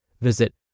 Visit